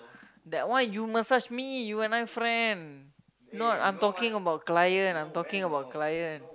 that one you massage me you and I friend now I am talking about client I am talking about client